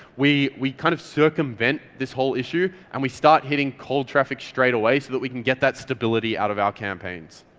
we we kind of circumvent this whole issue and we start hitting cold traffic straight away so that we can get that stability out of our campaigns.